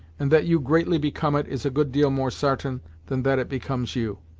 and that you greatly become it is a good deal more sartain than that it becomes you.